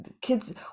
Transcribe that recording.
kids